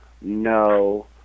no